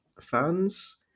fans